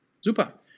Super